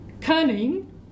cunning